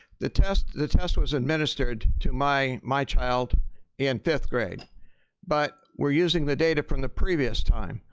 the test the test was administered to my my child in fifth grade but we're using the data from the previous time.